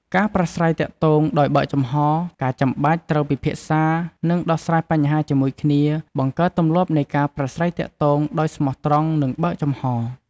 ការប្រាស្រ័យទាក់ទងដោយបើកចំហរ ការចាំបាច់ត្រូវពិភាក្សា និងដោះស្រាយបញ្ហាជាមួយគ្នា បង្កើតទម្លាប់នៃការប្រាស្រ័យទាក់ទងដោយស្មោះត្រង់ និងបើកចំហរ។